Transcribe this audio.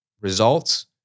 Results